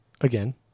again